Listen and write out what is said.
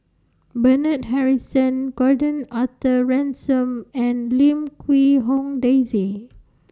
Bernard Harrison Gordon Arthur Ransome and Lim Quee Hong Daisy